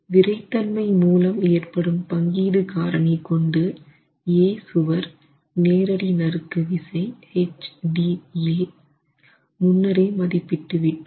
விறைத்தன்மை மூலம் ஏற்படும் பங்கீடு காரணி கொண்டு A சுவர் நேரடி நறுக்கு விசை HDA முன்னரே மதிப்பிட்டு விட்டோம்